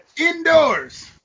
indoors